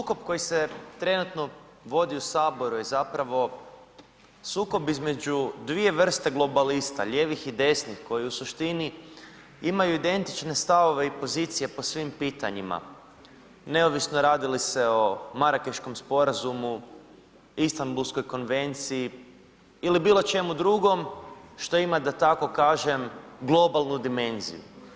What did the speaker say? Sukob koji se trenutno vodi u Saboru je zapravo sukob između dvije vrste globalista, lijevih i desnih koji u suštini imaju identične stavove i pozicije po svim pitanjima, neovisno radi li se o Marakeškom sporazumu, Istambulskoj konvenciji ili bilo čemu drugom što ima da tako kažem globalnu dimenziju.